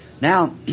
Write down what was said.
Now